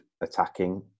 attacking